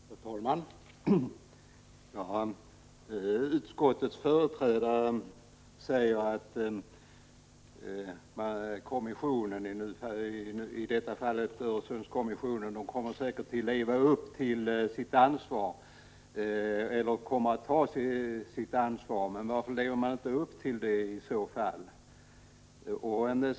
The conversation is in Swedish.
Herr talman! Utskottets företrädare säger att Öresundskommissionen säkert kommer att ta sitt ansvar. Men varför lever man i så fall inte upp till det?